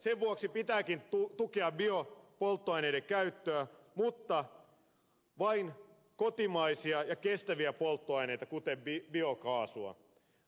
sen vuoksi pitääkin tukea biopolttoaineiden käyttöä mutta vain kotimaisia ja kestäviä polttoaineita kuten biokaasua